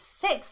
six